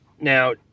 Now